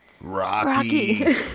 Rocky